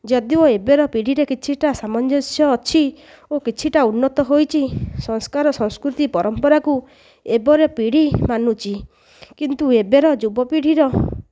ଯଦି ଓ ଏବେର ପିଢ଼ିରେ କିଛିଟା ସାମଞ୍ଜସ୍ୟ ଅଛି ଓ କିଛିଟା ଉନ୍ନତ ହୋଇଛି ସଂସ୍କାର ସଂସ୍କୃତି ପରମ୍ପରାକୁ ଏବେର ପିଢ଼ି ମାନୁଛି କିନ୍ତୁ ଏବେର ଯୁବ ପିଢ଼ିର